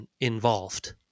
involved